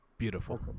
beautiful